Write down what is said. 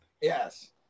Yes